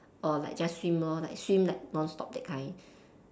or like just swim lor like swim like non stop that kind